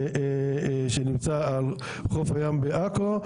שנמצא על חוף הים בעכו,